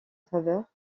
faveur